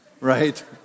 right